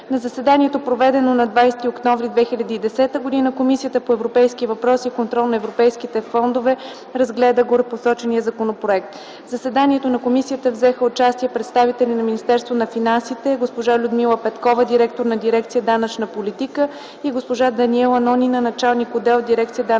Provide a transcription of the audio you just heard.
На заседанието, проведено на 20 октомври 2010 г., Комисията по европейските въпроси и контрол на европейските фондове разгледа горепосочения законопроект. В заседанието на комисията взеха участие представители на Министерство на финансите – госпожа Людмила Петкова – директор на Дирекция „Данъчна политика” и госпожа Даниела Нонина – началник отдел в Дирекция „Данъчна политика”,